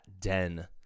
Den